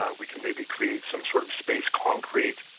ah we can maybe create some sort of space concrete,